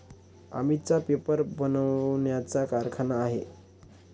अमितचा पेपर बनवण्याचा कारखाना आहे